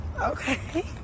Okay